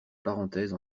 parenthèse